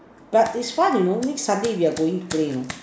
but it's fun you know next Sunday we are going to play you know